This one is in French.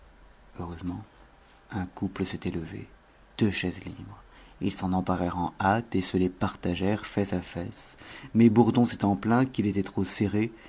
heureusement un couple s'était levé deux chaises libres ils s'en emparèrent en hâte et se les partagèrent fesse à fesse mais bourdon s'étant plaint qu'il était trop serré